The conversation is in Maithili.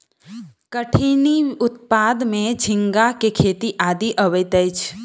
कठिनी उत्पादन में झींगा के खेती आदि अबैत अछि